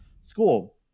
school